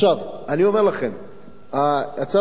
אני אומר לכם, הצעת החוק של